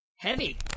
Heavy